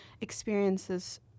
experiences